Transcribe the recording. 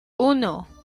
uno